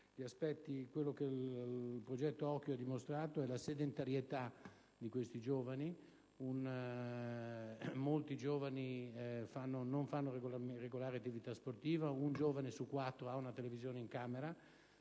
«OKkio alla SALUTE» ha dimostrato è la sedentarietà dei giovani: molti giovani non fanno regolare attività sportiva; un giovane su quattro ha una televisione in camera.